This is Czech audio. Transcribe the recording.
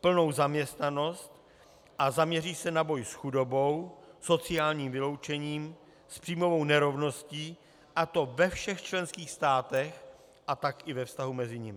plnou zaměstnanost a zaměří se na boj s chudobou, sociálním vyloučením, s příjmovou nerovností, a to ve všech členských státech, a tak i ve vztahu mezi nimi.